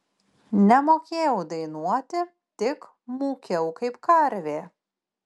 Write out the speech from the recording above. nemokėjau dainuoti tik mūkiau kaip karvė